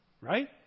right